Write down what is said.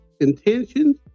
intentions